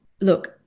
look